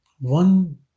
one